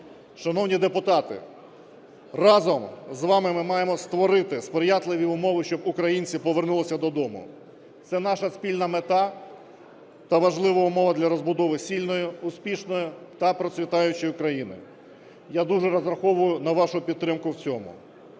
Шановні депутати, разом з вами ми маємо створити сприятливі умови, щоб українці повернулися додому. Це наша спільна мета та важлива умова для розбудови сильної, успішної та процвітаючої країни. Я дуже розраховую на вашу підтримку в цьому.